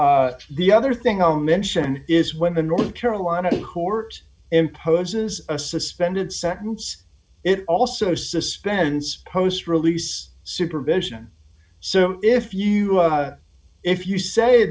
the other thing i'll mention is when the north carolina who are imposes a suspended sentence it also suspends post release supervision so if you if you say